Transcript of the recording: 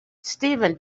steven